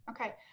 Okay